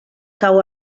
cau